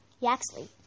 Yaxley